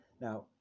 Now